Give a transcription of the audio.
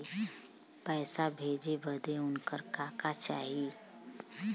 पैसा भेजे बदे उनकर का का चाही?